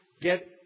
get